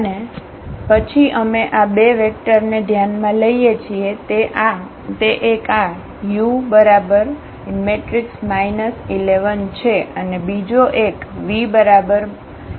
અને પછી અમે આ બે વેક્ટરને ધ્યાનમાં લઈએ છીએ તે એક આ u 1 1 છે અને બીજો એક v2 1 છે